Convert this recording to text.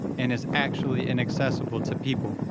and is actually inaccessible to people,